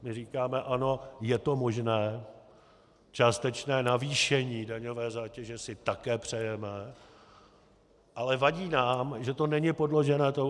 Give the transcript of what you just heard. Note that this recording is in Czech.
My říkáme ano, je to možné, částečné navýšení daňové zátěže si také přejeme, ale vadí nám, že to není podloženo analýzou.